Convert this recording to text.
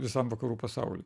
visam vakarų pasauly